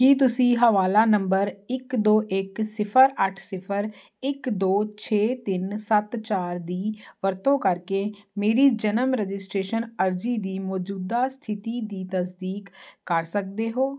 ਕੀ ਤੁਸੀਂ ਹਵਾਲਾ ਨੰਬਰ ਇੱਕ ਦੋ ਇੱਕ ਸਿਫਰ ਅੱਠ ਸਿਫਰ ਇੱਕ ਦੋ ਛੇ ਤਿੰਨ ਸੱਤ ਚਾਰ ਦੀ ਵਰਤੋਂ ਕਰਕੇ ਮੇਰੀ ਜਨਮ ਰਜਿਸਟ੍ਰੇਸ਼ਨ ਅਰਜ਼ੀ ਦੀ ਮੌਜੂਦਾ ਸਥਿਤੀ ਦੀ ਤਸਦੀਕ ਕਰ ਸਕਦੇ ਹੋ